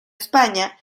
españa